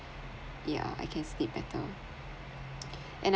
yeah I can sleep better and